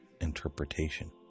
interpretation